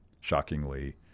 shockingly